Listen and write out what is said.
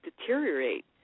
deteriorate